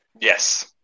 Yes